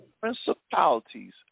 Principalities